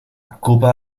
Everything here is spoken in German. cooper